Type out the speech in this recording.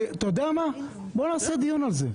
בוא נעשה דיון על זה.